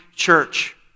church